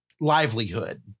Livelihood